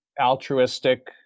altruistic